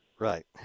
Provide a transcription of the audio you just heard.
Right